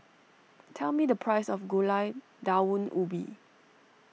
tell me the price of Gulai Daun Ubi